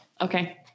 Okay